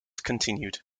continued